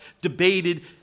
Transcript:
debated